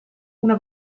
una